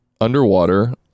underwater